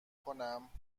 کنم